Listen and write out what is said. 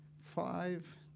Five